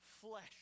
flesh